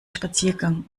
spaziergang